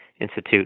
Institute